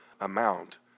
amount